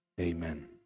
amen